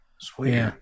Sweet